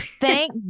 thank